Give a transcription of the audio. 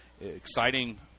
Exciting